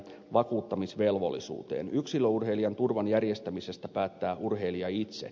yksilöurheilijan turvan järjestämisestä päättää urheilija itse